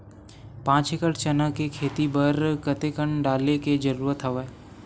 पांच एकड़ चना के खेती बर कते कन डाले के जरूरत हवय?